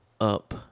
up